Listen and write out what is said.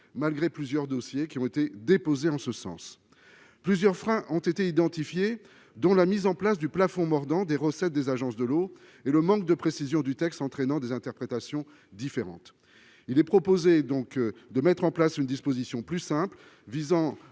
malgré plusieurs dossiers qui ont été déposés en ce sens, plusieurs freins ont été identifiés, dont la mise en place du plafond, mordant des recettes des agences de l'eau et le manque de précision du texte, entraînant des interprétations différentes, il est proposé, donc de mettre en place une disposition plus simple visant